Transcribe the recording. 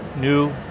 new